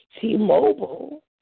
T-Mobile